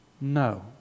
No